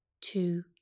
two